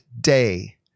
day